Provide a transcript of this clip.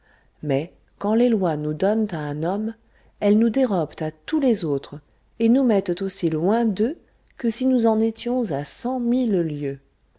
mais quand les lois nous donnent à un homme elles nous dérobent à tous les autres et nous mettent aussi loin d'eux que si nous en étions à